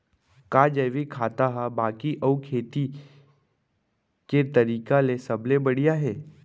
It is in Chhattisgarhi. का जैविक खेती हा बाकी अऊ खेती के तरीका ले सबले बढ़िया हे?